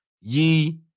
ye